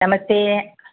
नमस्ते